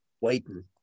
waiting